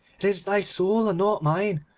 it is thy soul and not mine.